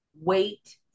Wait